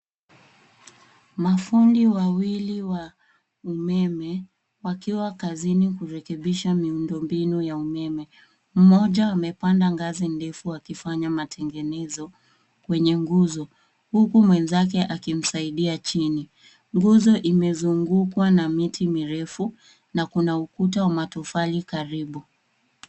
Mafundi wawili wa umeme, wakiwa kazini, hurekebisha miundombinu ya umeme. Mmoja amepanda ngazi ndefu akifanya matengenezo kwenye nguzo huku mwenzake akimsaidia chini. Nguzo imezungukwa na miti mirefu na kuna ukuta wa matofali karibu.